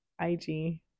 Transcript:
IG